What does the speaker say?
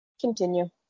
continue